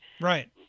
Right